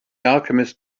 alchemist